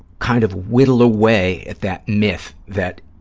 kind of whittle away at that myth that